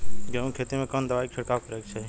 गेहूँ के खेत मे कवने दवाई क छिड़काव करे के चाही?